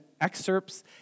excerpts